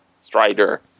Strider